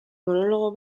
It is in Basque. monologo